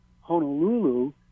Honolulu